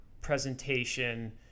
presentation